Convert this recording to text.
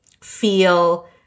feel